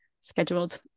scheduled